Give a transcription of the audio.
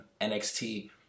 NXT